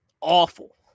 Awful